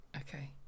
Okay